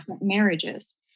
marriages